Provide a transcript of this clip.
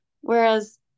whereas